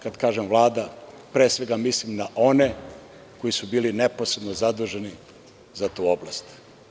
Kad kažem Vlada, pre svega mislim na one koji su bili neposredno zaduženi za tu oblast.